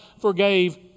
forgave